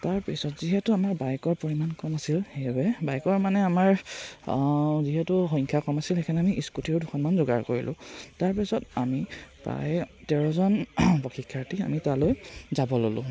তাৰপিছত যিহেতু আমাৰ বাইকৰ পৰিমাণ কম আছিল সেইবাবে বাইকৰ মানে আমাৰ যিহেতু সংখ্যা কম আছিল সেইকাৰণে আমি স্কুটিও দুখনমান যোগাৰ কৰিলোঁ তাৰপিছত আমি প্ৰায় তেৰজন প্ৰশিক্ষাৰ্থী আমি তালৈ যাব ল'লোঁ